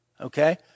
okay